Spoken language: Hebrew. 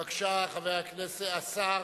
בבקשה, השר